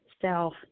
self